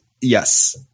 Yes